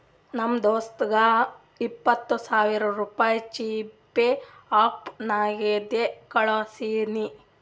ನಾ ನಮ್ ದೋಸ್ತಗ ಇಪ್ಪತ್ ಸಾವಿರ ರುಪಾಯಿ ಜಿಪೇ ಆ್ಯಪ್ ನಾಗಿಂದೆ ಕಳುಸಿನಿ